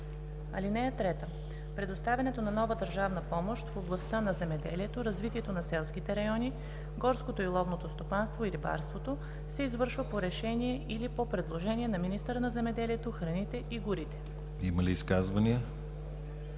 (3) Предоставянето на нова държавна помощ в областта на земеделието, развитието на селските райони, горското и ловното стопанство и рибарството се извършва по решение или по предложение на министъра на земеделието, храните и горите.“ ПРЕДСЕДАТЕЛ